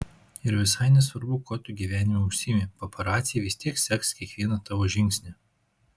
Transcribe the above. ir visai nesvarbu kuo tu gyvenime užsiimi paparaciai vis tiek seks kiekvieną tavo žingsnį